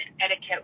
etiquette